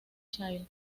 child